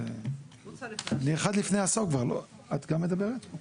אני מבקש לדעת מהם השלבים להנפקת דרכון וכמה זמן לוקח כל שלב.